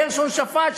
גרשון שפט,